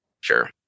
Sure